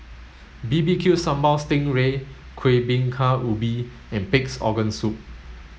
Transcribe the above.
B B Q Sambal Sting Ray Kuih Bingka Ubi and pig's organ soup